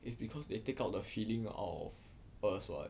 it's because they take out the feeling of us [what]